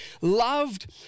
loved